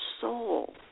soul